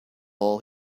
all